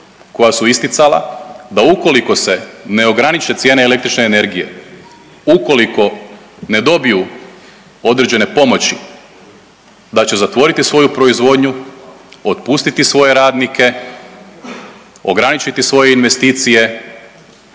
koja su isticala da ukoliko se ne ograniče cijene električne energije, ukoliko ne dobiju određene pomoći da će zatvoriti svoju proizvodnju, otpustiti svoje radnike, ograničiti svoje investicije